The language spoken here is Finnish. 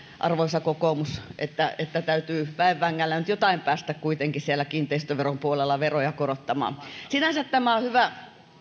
arvoisa kokoomus että että täytyy väen vängällä nyt jotenkin päästä siellä kiinteistöveron puolella veroja korottamaan sinänsä tämä on hyvä